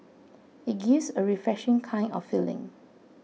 it gives a refreshing kind of feeling